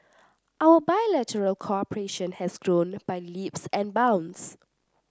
our bilateral cooperation has grown by leaps and bounds